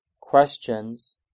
questions